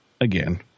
Again